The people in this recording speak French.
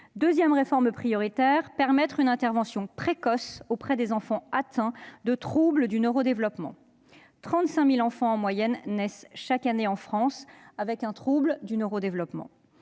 seconde réforme prioritaire vise à permettre une intervention précoce auprès des enfants atteints de troubles du neuro-développement. Chaque année, 35 000 enfants en moyenne naissent en France avec un trouble du neuro-développement.